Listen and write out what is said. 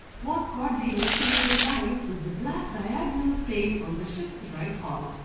what caught the investigator's eyes was the black diagnol stain on the ship's right haul.